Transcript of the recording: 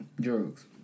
Drugs